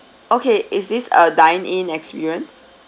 okay is this a dine-in experience